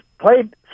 played